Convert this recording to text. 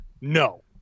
No